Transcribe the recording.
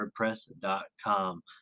wordpress.com